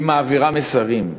היא מעבירה מסרים.